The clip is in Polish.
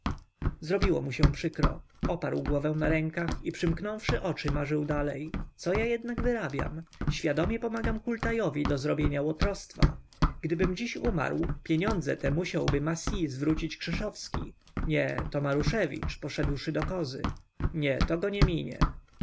zrobiło mu się przykro oparł głowę na rękach i przymknąwszy oczy marzył dalej co ja jednak wyrabiam świadomie pomagam hultajowi do zrobienia łotrowstwa gdybym dziś umarł pieniądze te musiałby massie zwrócić krzeszowski nie to maruszewicz poszedłszy do kozy no to go nie minie